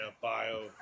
bio